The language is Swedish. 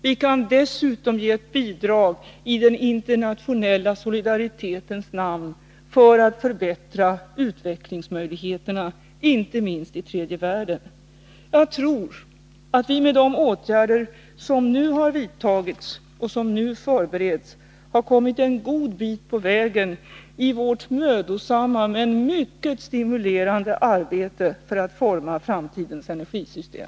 Vi kan dessutom ge ett bidrag i den internationella solidaritetens namn för att förbättra utvecklingsmöjligheterna inte minst i tredje världen. Jag tror att vi med de åtgärder som nu har vidtagits och med dem som nu förbereds har kommit en god bit på vägen i vårt mödosamma men mycket stimulerande arbete för att forma framtidens energisystem.